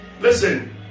Listen